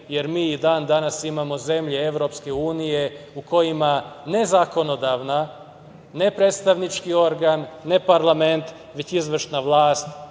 jer mi i dan danas imamo zemlje EU u kojima ne zakonodavna, ne predstavnički organ, ne parlament, već izvršna vlast